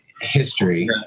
history